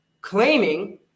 claiming